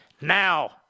Now